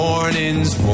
Morning's